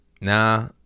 Nah